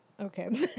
Okay